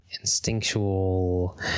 instinctual